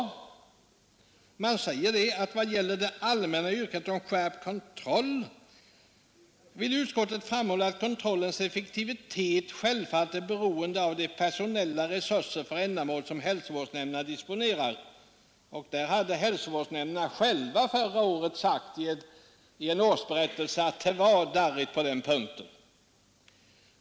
Utskottet säger om detta följande: ”Vad gäller det allmänna yrkandet om skärpt kontroll vill utskottet framhålla att kontrollens effektivitet självfallet är beroende av de personella resurser för ändamålet som hälsovårdsnämnderna disponerar.” Hälsovårdsnämnderna uttalade själva förra året i en årsberättelse att det var dåligt beställt på denna punkt.